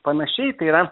panašiai tai yra